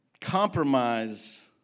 Compromise